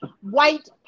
white